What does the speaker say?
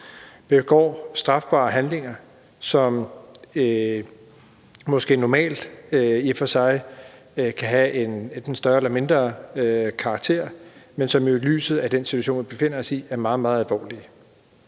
De begår strafbare handlinger, som måske normalt i og for sig er af større eller mindre karakter, men som i lyset af den situation, vi befinder os i, er meget, meget alvorlige.